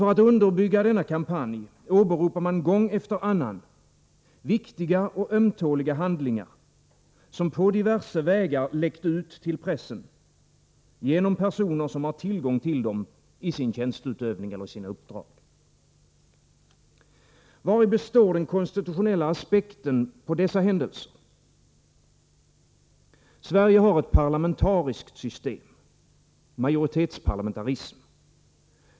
För att underbygga denna kampanj åberopar man gång efter annan viktiga och ömtåliga handlingar, som på diverse vägar har läckt ut till pressen av personer, vilka har tillgång till dem i sin tjänsteutövning eller i sina uppdrag. Vari består den konstitutionella aspekten på dessa händelser? Sverige har ett parlamentariskt system, majoritetsparlamentarism.